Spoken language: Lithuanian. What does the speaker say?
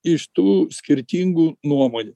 iš tų skirtingų nuomonių